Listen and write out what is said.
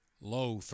Low